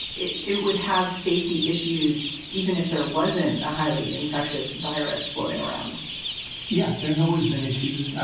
it would have safety issues even if there wasn't a highly infectious virus floating around yeah, there's always been issues.